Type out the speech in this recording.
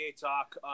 talk